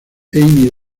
emmy